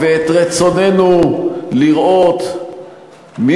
ואת רצוננו לראות את כולם,